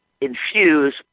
infuse